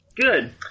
Good